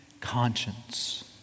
conscience